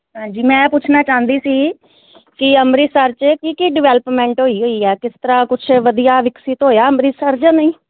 ਹਾਂਜੀ ਮੈਂ ਪੁੱਛਣਾ ਚਾਹੁੰਦੀ ਸੀ ਕਿ ਅੰਮ੍ਰਿਤਸਰ 'ਚ ਕੀ ਕੀ ਡਿਵੈਲਪਮੈਂਟ ਹੋਈ ਹੋਈ ਆ ਕਿਸ ਤਰ੍ਹਾਂ ਕੁਛ ਵਧੀਆ ਵਿਕਸਿਤ ਹੋਇਆ ਅੰਮ੍ਰਿਤਸਰ ਜਾਂ ਨਹੀਂ